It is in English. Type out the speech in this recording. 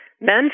men